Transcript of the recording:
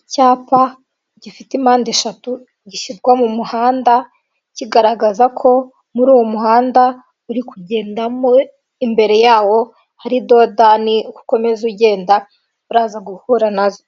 Icyapa gifite impande eshatu gishyirwa mu muhanda kigaragaza ko muri uwo muhanda uri kugendamo imbere yawo hari dodani uko ukomeza ugenda uraza guhura nazo